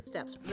Steps